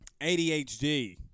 ADHD